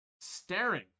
staring